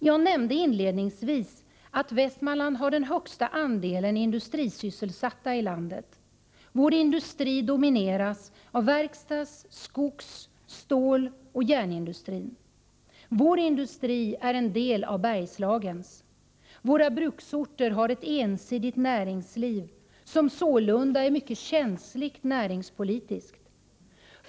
Jag nämnde inledningsvis att Västmanland har den högsta andelen industrisysselsatta i landet. Vår industri domineras av verkstads-, skogs-, ståloch järnindustrin. Vår industri är en del av Bergslagens. Våra bruksorter har ett ensidigt näringsliv, som sålunda är mycket känsligt näringspolitiskt.